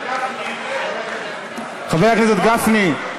חבר הכנסת גפני,